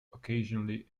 occasionally